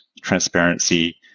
transparency